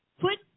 Put